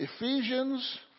Ephesians